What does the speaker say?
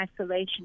isolation